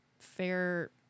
fair